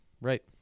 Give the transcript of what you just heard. right